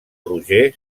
roger